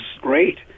great